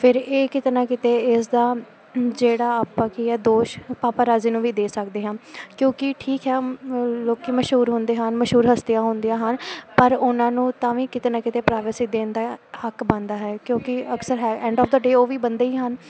ਫਿਰ ਇਹ ਕਿਤੇ ਨਾ ਕਿਤੇ ਇਸ ਦਾ ਜਿਹੜਾ ਆਪਾਂ ਕੀ ਹੈ ਦੋਸ਼ ਪਾਪਾਰਾਜ਼ੀ ਨੂੰ ਵੀ ਦੇ ਸਕਦੇ ਹਾਂ ਕਿਉਂਕਿ ਠੀਕ ਹੈ ਲੋਕ ਮਸ਼ਹੂਰ ਹੁੰਦੇ ਹਨ ਮਸ਼ਹੂਰ ਹਸਤੀਆਂ ਹੁੰਦੀਆਂ ਹਨ ਪਰ ਉਹਨਾਂ ਨੂੰ ਤਾਂ ਵੀ ਕਿਤੇ ਨਾ ਕਿਤੇ ਪ੍ਰਾਈਵੇਸੀ ਦੇਣ ਦਾ ਹੱਕ ਬਣਦਾ ਹੈ ਕਿਉਂਕਿ ਅਕਸਰ ਹੈ ਐਂਡ ਓਫ ਦਾ ਡੇਅ ਉਹ ਵੀ ਬੰਦੇ ਹੀ ਹਨ